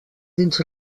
dins